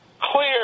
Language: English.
clear